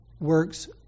works